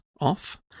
off